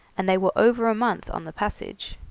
and they were over a month on the passage.